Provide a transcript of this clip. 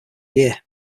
year